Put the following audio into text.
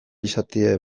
izatea